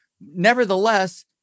Nevertheless